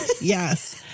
Yes